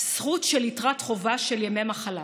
זכות של יתרת חובה של ימי מחלה.